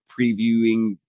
previewing